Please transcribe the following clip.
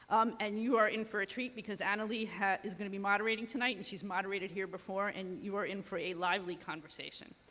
um and you are in for a treat, because annalee is going to be moderating tonight and she's moderated here before and you are in for a lively conversation.